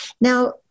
Now